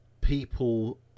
people